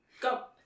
go